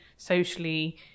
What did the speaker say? socially